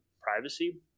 privacy